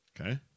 Okay